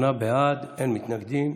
שמונה בעד, אין מתנגדים.